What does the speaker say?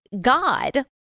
God